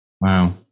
Wow